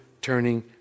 turning